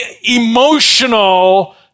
emotional